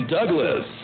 Douglas